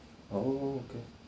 orh okay